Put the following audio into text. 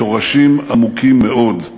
שורשים עמוקים מאוד.